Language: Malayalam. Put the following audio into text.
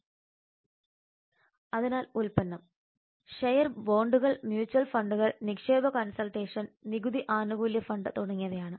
Refer Slide time 1250 അതിനാൽ ഉൽപ്പന്നം ഷെയർ ബോണ്ടുകൾ മ്യൂച്വൽ ഫണ്ടുകൾ നിക്ഷേപ കൺസൾട്ടേഷൻ നികുതി ആനുകൂല്യ ഫണ്ട് തുടങ്ങിയവയാണ്